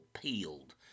peeled